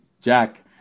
Jack